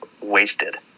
wasted